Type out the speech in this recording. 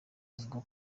avuga